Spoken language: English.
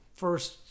first